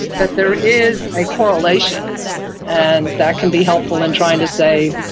but there is a correlation and that can be helpful in trying to say,